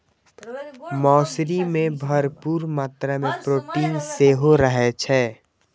मौसरी मे भरपूर मात्रा मे प्रोटीन सेहो रहै छै